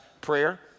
prayer